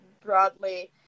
broadly